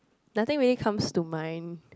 nothing really comes to mind